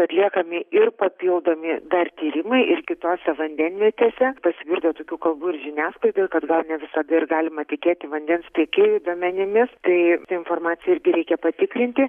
atliekami ir papildomi dar tyrimai ir kitose vandenvietėse pasigirdus tokių kalbų ir žiniasklaidoje kad gal ne visada ir galima tikėti vandens tiekėjų duomenimis tai informaciją irgi reikia patikrinti